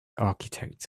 architect